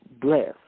bless